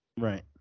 right